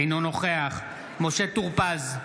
אינו נוכח משה טור פז,